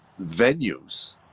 venues